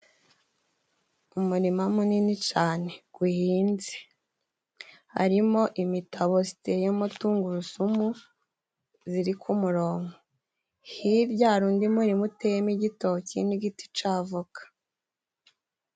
Umurima munini cane guhinze, harimo imitabo ziteye tungurusumu ziri ku murongo hirya hari undi murima uteyemo igitoki n'igiti ca avoka.